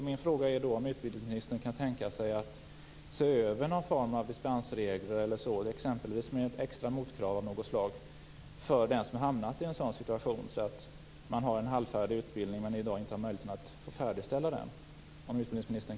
Min fråga är om utbildningsministern kan tänka sig att se över någon form av dispensregler, exempelvis med ett extra motkrav av något slag, för att de som har hamnat i situationen att de har en halvfärdig utbildning i dag har möjlighet att fullfölja den.